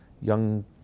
young